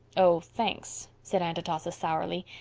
oh, thanks, said aunt atossa sourly.